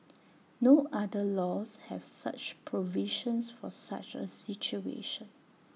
no other laws have such provisions for such A situation